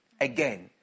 again